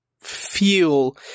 feel